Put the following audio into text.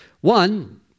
One